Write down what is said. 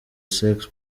sex